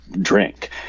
drink